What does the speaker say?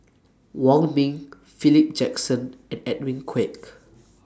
Wong Ming Philip Jackson and Edwin Koek